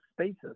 spaces